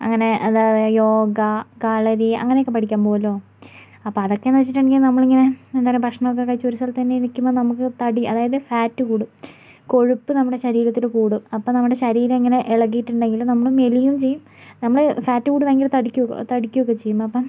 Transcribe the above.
അങ്ങനെ അതായത് യോഗ കളരി അങ്ങനെയൊക്കെ പഠിക്കാൻ പോകുമല്ലോ അപ്പോൾ അതൊക്കെയെന്ന് വച്ചിട്ടുണ്ടെങ്കിൽ നമ്മളിങ്ങനെ എന്താ പറയുക ഭക്ഷണം ഒക്കെ കഴിച്ച് ഒരു സ്ഥലത്തുതന്നെ നിക്കുമ്പോൾ നമുക്ക് തടി അതായത് ഫാറ്റ് കൂടും കൊഴുപ്പ് നമ്മുടെ ശരീരത്തിൽ കൂടും അപ്പോൾ നമ്മുടെ ശരീരം ഇങ്ങനെ ഇളകിയിട്ടുണ്ടെങ്കിൽ നമ്മൾ മെലിയുകയും ചെയ്യും നമ്മൾ ഫാറ്റ് കൂടി ഭയങ്കര തടിക്കുകയൊക്കെ ചെയ്യുമ്പം അപ്പം